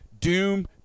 Doom